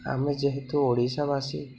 ଆମେ ଯେହେତୁ ଓଡ଼ିଶା ବାସୀ